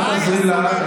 אל תעזרי לה.